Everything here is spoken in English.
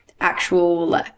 actual